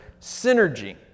synergy